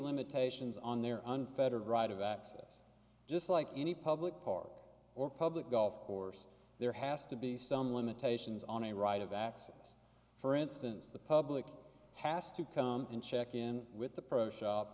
limitations on their unfettered right of access just like any public park or public golf course there has to be some limitations on a right of access for instance the public has to come and check in with the pro shop